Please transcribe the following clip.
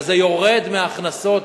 וזה יורד מההכנסות,